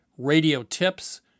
radiotips